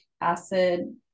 acid